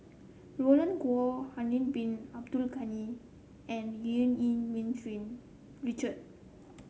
Roland Goh Harun Bin Abdul Ghani and Eu Yee Ming Richard